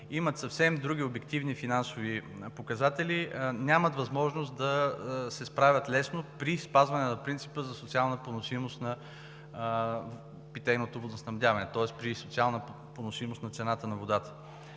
имат съвсем други обективни финансови показатели, нямат възможност да се справят лесно при спазване на принципа за социална поносимост на питейното водоснабдяване, тоест при социална поносимост на цената на водата.